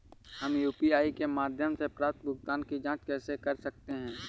हम यू.पी.आई के माध्यम से प्राप्त भुगतान की जॉंच कैसे कर सकते हैं?